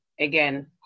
Again